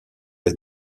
est